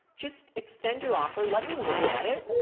just extend your offer, let me look at it.